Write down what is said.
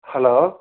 hello